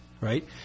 right